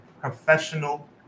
professional